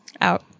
Out